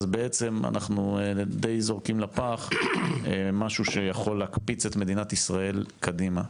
אז בעצם אנחנו די זורקים לפח משהו שיכול להקפיץ את מדינת ישראל קדימה.